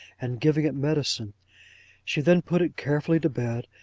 and giving it medicine she then put it carefully to bed,